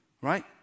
right